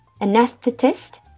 Anesthetist